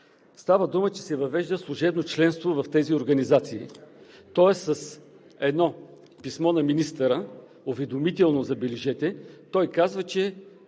Става дума, че се въвежда служебно членство в тези организации, тоест с едно писмо на министъра – уведомително, забележете, той казва, че